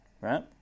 Right